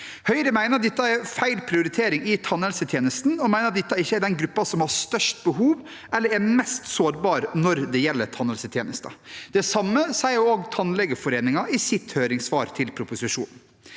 Høyre mener at dette er feil prioritering i tannhelsetjenesten, og at dette ikke er den gruppen som har størst behov, eller som er mest sårbar når det gjelder tannhelsetjenester. Det samme sier også Tannlegeforeningen i sitt høringssvar til proposisjonen.